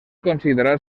considerar